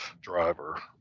driver